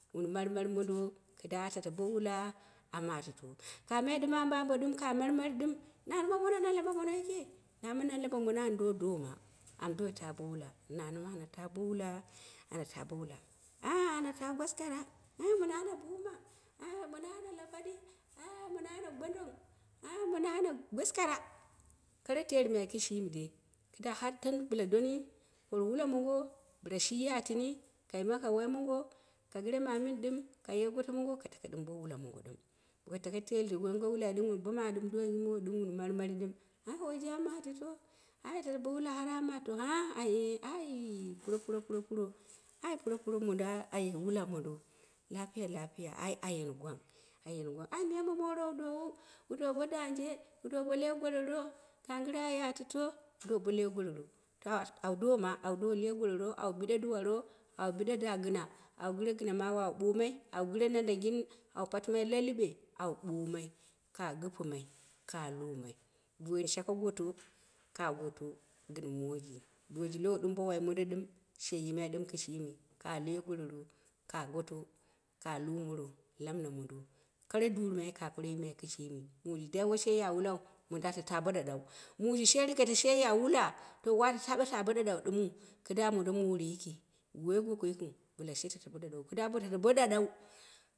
Wun marmar nondo ƙɨda a tato bo wula a ma tito, kamai dɨm ambo ambo ɗɨm ka marmari ɗɨm. Nani na lambe mono yika nani kɨm na lambe mon an doo dooma amu do ta bo wula manima ane ta bo wula, ana ta bo wula anh ana ta gwaskara anhh mono ana buma, kai mono ana anhl: mono ana lapaɗi, anh mono ana gondon, anh mono ana gwaskara kara teerimai kishimi dai kida har dɨm bɨla doni wula mongo bila shi yatini kaima kai wai mongo ka mamini ɗɨm ka je goto mo ngo ka tako ɗɨm ɓo wula mongo ɗɨm bo ka tako teeldu ɗɨm bo wulai wun bo ma wun marmari ɗɨm anh! Woije a matito a ata bo wula ha a matito’ nghal aye, ehi puropuro pura, anyi puropuro mondo, ai mondo ay wula mondo, lapiya lapiya ayeni gwang, ayimi gwang, angha miya ma moro wu dowo bo dangje wu do bo dangje wu do bo lui gororo, gangire yatito, wu dowu bo loi gororo awu dooma awu do loi gororo, awu biɗe duwa ro awu biɗe da gina, awu gire gina mawu awu ɓoomai, awu boi landangin awu patimai la, liɓe awu boamai kaa gɨpɨmai ka lumai wun shake goto ka goto gɨn mojri, duwoji lowo bo wai mondo ɗɨm. she yimai ɗɨm kishim. kaa lui gororo, ka goto, ka lumoro lamɨna mondo, kara duruma kaa goro yimai kishimi. mum dai woshe ya wuku mondo ata ta bo ɗaɗau. Muji she rigita shi ya wula. to wata ta bo ɗaɗau ɗɨmɨu, kida mondo moro yiki wo goko yiki bilshe tato bo ɗaɗau. kida ba'a tato bo ɗaɗau.